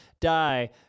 die